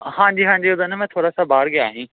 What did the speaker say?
ਹਾਂਜੀ ਹਾਂਜੀ ਉਦੋਂ ਨਾ ਮੈਂ ਥੋੜ੍ਹਾ ਸਾ ਬਾਹਰ ਗਿਆ ਸੀ